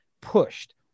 pushed